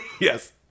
Yes